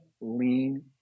lean